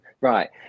Right